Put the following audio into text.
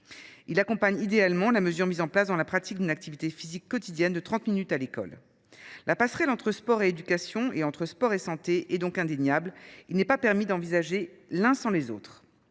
Il accompagne idéalement la mesure mise en place pour la pratique d’une activité physique quotidienne de trente minutes à l’école. La passerelle entre sport et éducation et entre sport et santé est indéniable : il n’est pas permis d’envisager l’un sans les autres.